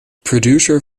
producer